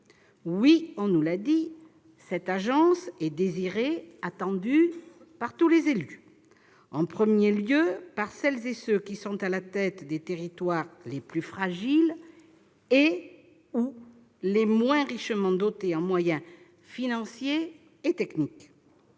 Oui, on nous l'a dit, cette agence est désirée, attendue par tous les élus. En premier lieu, par celles et ceux qui sont à la tête des territoires les plus fragiles et/ou les moins richement dotés en moyens financiers et techniques.